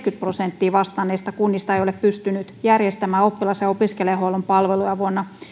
prosenttia vastanneista kunnista ei ole pystynyt järjestämään oppilas ja opiskelijahuollon palveluja vuonna